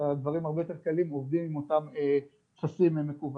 הדברים הרבה יותר קלים ועובדים עם אותם טפסים מקוונים.